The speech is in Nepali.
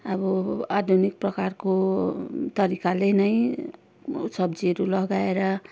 अब आधुनिक प्रकारको तरिकाले नै सब्जीहरू लगाएर